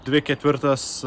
dvi ketvirtos